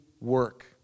work